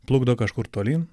plukdo kažkur tolyn